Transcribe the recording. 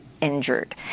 injured